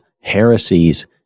heresies